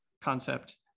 concept